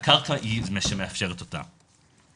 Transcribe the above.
והקרקע היא שמאפשרת אותה.